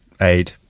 aid